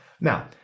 Now